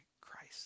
Christ